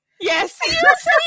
Yes